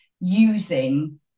using